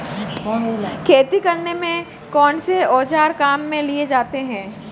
खेती करने में कौनसे औज़ार काम में लिए जाते हैं?